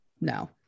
no